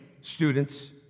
students